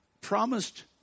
Promised